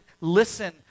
listen